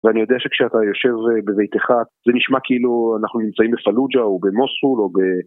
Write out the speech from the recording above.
ואני יודע שכשאתה יושב בביתך, זה נשמע כאילו אנחנו נמצאים בפלוג׳ה או במוסול או ב...